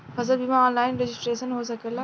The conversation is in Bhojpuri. फसल बिमा ऑनलाइन रजिस्ट्रेशन हो सकेला?